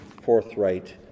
forthright